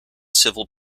civil